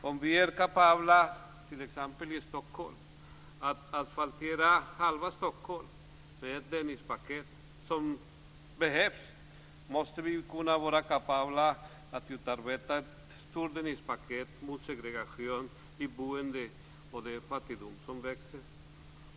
Om vi är kapabla i Stockholm att asfaltera halva Stockholm med ett Dennispaket, som behövs, måste vi vara kapabla att utarbeta ett stort Dennispaket mot segregation i boende och den fattigdom som växer.